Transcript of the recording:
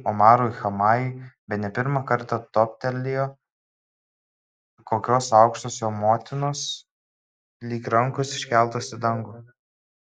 omarui chajamui bene pirmą kartą toptelėjo kokios aukštos jo motinos lyg rankos iškeltos į dangų